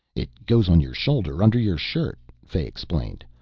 it goes on your shoulder under your shirt, fay explained,